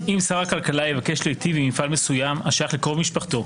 אם שר הכלכלה יבקש להיטיב עם מפעל מסוים השייך לקרוב משפחתו,